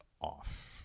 off